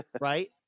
Right